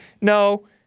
No